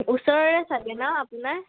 ওচৰৰে চাগে ন আপোনাৰ